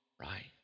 right